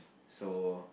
so